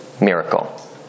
miracle